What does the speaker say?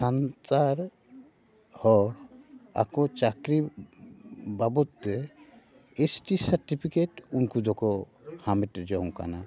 ᱥᱟᱱᱛᱟᱲ ᱦᱚᱲ ᱟᱠᱚ ᱪᱟᱹᱠᱨᱤ ᱵᱟᱵᱚᱛ ᱛᱮ ᱮᱥ ᱴᱤ ᱥᱟᱨᱴᱤᱯᱷᱤᱠᱮᱴ ᱩᱱᱠᱩ ᱫᱚᱠᱚ ᱦᱟᱢᱮᱴ ᱡᱚᱝ ᱟᱠᱟᱱᱟ